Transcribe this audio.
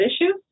issue